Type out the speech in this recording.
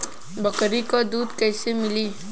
बकरी क दूध कईसे मिली?